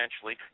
essentially